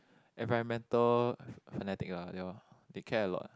environmental fanatic lah ya lor they care a lot